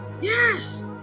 Yes